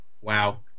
Wow